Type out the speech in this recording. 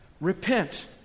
Repent